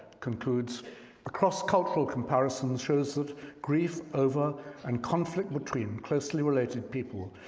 concludes, a cross cultural comparison shows that grief over and conflict between closely related people,